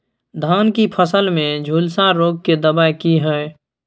धान की फसल में झुलसा रोग की दबाय की हय?